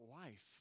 life